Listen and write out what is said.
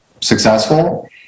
successful